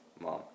Mom